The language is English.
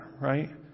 right